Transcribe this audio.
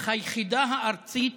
אך היחידה הארצית